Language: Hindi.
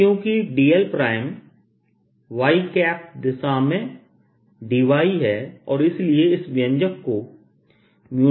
अब क्योंकि dl y दिशा में dyहै और इसलिए इस व्यंजक को 04πIdyy×xx yyx2y232 लिखा जा सकता है